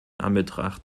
anbetracht